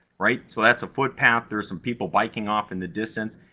right, so that's a footpath, there are some people biking off in the distance.